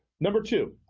number two,